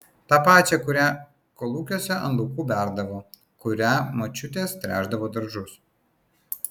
tą pačią kurią kolūkiuose ant laukų berdavo kuria močiutės tręšdavo daržus